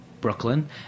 Brooklyn